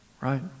Right